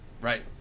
right